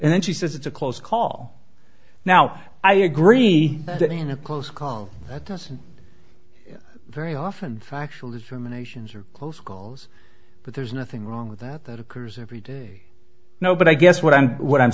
and then she says it's a close call now i agree that in a close call that doesn't very often factual is from a nation's or close calls but there's nothing wrong with that that occurs every day now but i guess what i'm what i'm